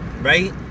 right